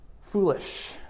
foolish